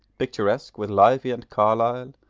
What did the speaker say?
picturesque with livy and carlyle,